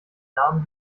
namen